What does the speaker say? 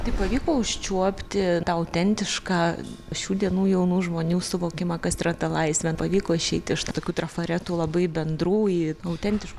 tai pavyko užčiuopti tą autentišką šių dienų jaunų žmonių suvokimą kas yra ta laisvė ar pavyko išeiti iš tokių trafaretų labai bendrų į autentiškus